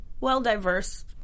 well-diverse